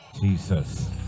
Jesus